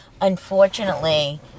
unfortunately